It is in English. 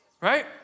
right